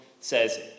says